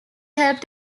help